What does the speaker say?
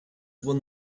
won